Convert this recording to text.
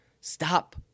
Stop